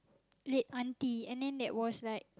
late aunty and then that was like